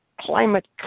climate